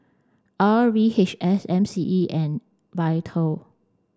R V H S M C E and VITAL